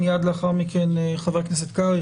מייד לאחר מכן חבר הכנסת קרעי,